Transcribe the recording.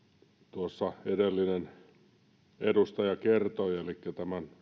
tuossa edellinen edustaja kertoi elikkä